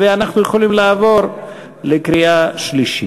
ואנחנו יכולים לעבור לקריאה שלישית.